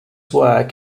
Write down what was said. work